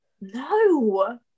No